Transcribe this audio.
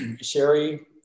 Sherry